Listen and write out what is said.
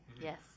yes